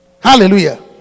Hallelujah